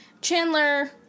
Chandler